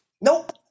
Nope